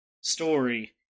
story